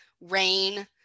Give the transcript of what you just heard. rain